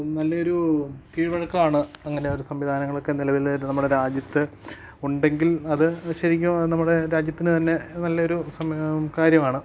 നല്ല ഒരു കീഴ്വഴക്കാണ് അങ്ങനെ ഒരു സംവിധാനങ്ങളൊക്കെ നിലവില് നമ്മുടെ രാജ്യത്ത് ഉണ്ടെങ്കിൽ അത് ശരിക്കും നമ്മുടെ രാജ്യത്തിന് തന്നെ നല്ലൊരു കാര്യമാണ്